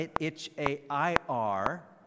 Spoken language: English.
H-A-I-R